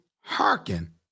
hearken